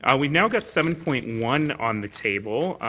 ah we've now got seven point one on the table.